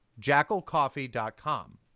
JackalCoffee.com